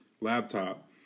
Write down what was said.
laptop